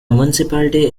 municipality